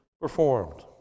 performed